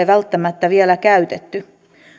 välttämättä vielä käytetty